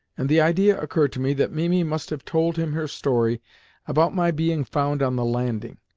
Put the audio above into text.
and the idea occurred to me that mimi must have told him her story about my being found on the landing,